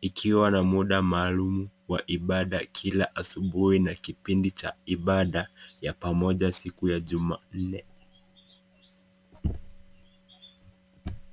Ikiwa na muda maalumu wa ibada kila asubuhi na kipindi cha ibada ya pamoja siku ya juma nne.